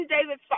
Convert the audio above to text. David